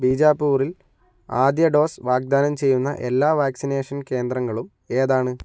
ബീജാപ്പൂറിൽ ആദ്യ ഡോസ് വാഗ്ദാനം ചെയ്യുന്ന എല്ലാ വാക്സിനേഷൻ കേന്ദ്രങ്ങളും ഏതാണ്